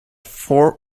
four